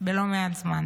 בלא מעט זמן.